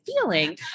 feeling